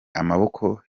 amaboko